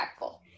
impactful